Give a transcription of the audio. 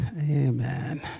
amen